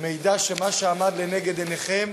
שמעידה שמה שעמד לנגד עיניהם